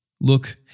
Look